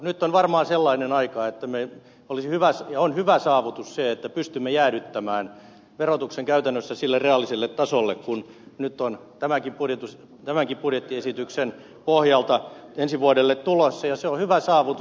nyt on varmaan sellainen aika ja on hyvä saavutus se että pystymme jäädyttämään verotuksen käytännössä sille reaaliselle tasolle kuin nyt on tämänkin budjettiesityksen pohjalta ensi vuodelle tulossa ja se on hyvä saavutus